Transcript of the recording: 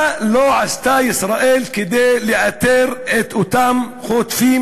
מה לא עשתה ישראל כדי לאתר את אותם חוטפים